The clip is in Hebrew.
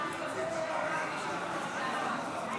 59